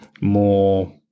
more